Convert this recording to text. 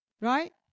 Right